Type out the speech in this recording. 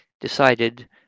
decided